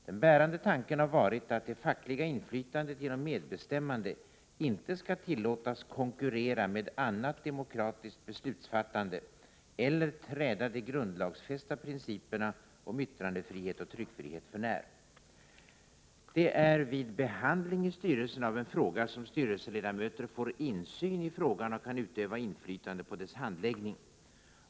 Den bärande tanken har varit att det fackliga inflytandet genom medbestämmande inte skall tillåtas konkurrera med annat demokratiskt beslutsfattande eller träda de grundlagsfästa principerna om yttrandefrihet och tryckfrihet för när. Det är vid behandling i styrelsen av en fråga som styrelseledamöter får insyn i frågan och kan utöva inflytande på dess handläggning.